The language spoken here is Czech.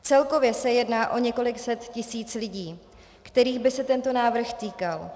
Celkově se jedná o několik set tisíc lidí, kterých by se tento návrh týkal.